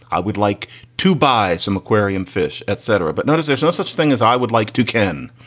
i would like to buy some aquarium fish etc. but not as there's no such thing as i would like to, ken.